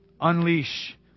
Unleash